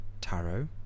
Tarot